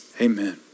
Amen